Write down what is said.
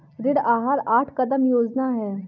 ऋण आहार आठ कदम योजना है